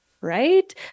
Right